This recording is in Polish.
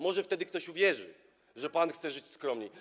Może wtedy ktoś uwierzy, że pan chce żyć skromniej.